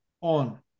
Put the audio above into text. on